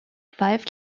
five